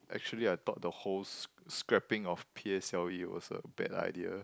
actually I thought the whole sc~ scraping of p_s_l_e was a bad idea